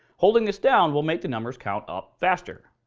holding this down will make the numbers count up faster.